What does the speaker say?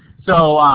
so,